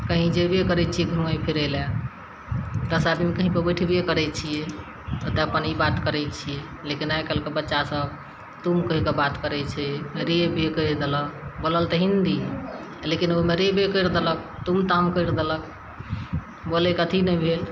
कहीं जेबे करय छियै घुमय फिरय लए दस आदमीमे कहीं पर बैठबे करय छियै तऽ अपन ई बात करय छियै लेकिन आइ काल्हिके बच्चा सभ तुम कहिके बात करय छै रे भी कहि देलक बोलल तऽ हिन्दी लेकिन ओइमे रे बे करि देलक तुम ताम करि देलक बोलयके अथी नहि भेल